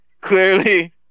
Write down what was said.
clearly